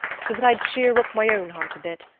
so that i'd cheer up my own heart a bit.